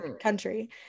country